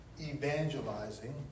evangelizing